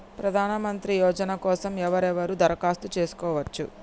ప్రధానమంత్రి యోజన కోసం ఎవరెవరు దరఖాస్తు చేసుకోవచ్చు?